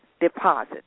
deposit